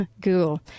Google